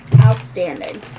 outstanding